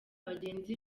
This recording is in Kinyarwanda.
bagenzi